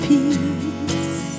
Peace